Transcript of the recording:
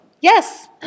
Yes